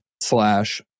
slash